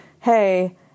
hey